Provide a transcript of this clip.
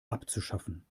abzuschaffen